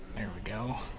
there we go.